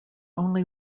only